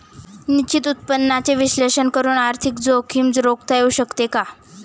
निश्चित उत्पन्नाचे विश्लेषण करून आर्थिक जोखीम रोखता येऊ शकते का?